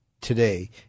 today